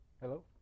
Hello